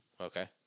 Okay